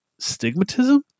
stigmatism